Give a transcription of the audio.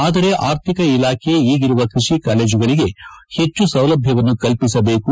ಆದರೆ ಆರ್ಥಿಕ ಇಲಾಖೆ ಈಗಿರುವ ಕೃಷಿ ಕಾಲೇಏಗಳಗೆ ಹೆಚ್ಚು ಸೌಲಭ್ಧವನ್ನು ಕಲ್ಲಿಸಬೇಕು